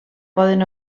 poden